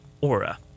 Aura